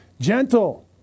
gentle